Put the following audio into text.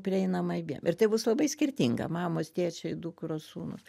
prieinama abiem ir tai bus labai skirtinga mamos tėčiai dukros sūnūs